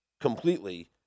completely